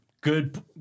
Good